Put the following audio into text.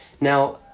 Now